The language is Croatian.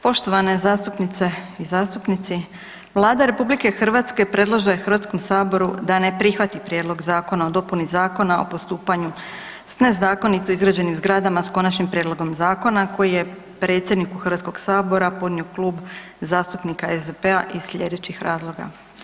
Poštovane zastupnice i zastupnici Vlada RH predlaže Hrvatskom saboru da ne prihvati Prijedlog Zakona o dopuni Zakona o postupanju s nezakonito izgrađenim zgradama s konačnim prijedlogom zakona koji je predsjedniku Hrvatskog sabora podnio Klub zastupnika SDP-a iz slijedećih razloga.